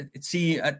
See